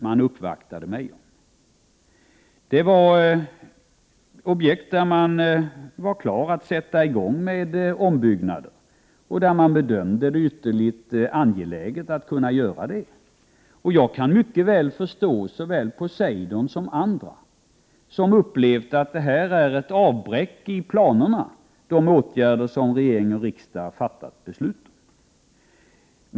Den gällde objekt i fråga om vilka man var redo att påbörja ombyggnad och som man bedömde som mycket angelägna. Jag kan mycket väl förstå att de åtgärder som regering och riksdag fattat beslut om upplevs som ett avbräck i planerna i fråga om Poseidon och andra objekt.